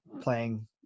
playing